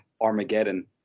Armageddon